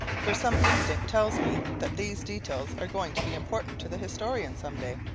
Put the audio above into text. for some instinct tells me that these details are going to be important to the historian some day.